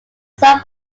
some